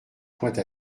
pointe